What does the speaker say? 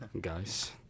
Guys